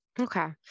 Okay